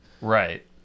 Right